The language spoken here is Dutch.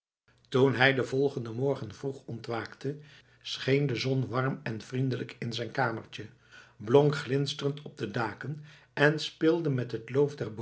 toen hij den volgenden morgen vroeg ontwaakte scheen de zon warm en vriendelijk in zijn kamertje blonk glinsterend op de daken en speelde met het loof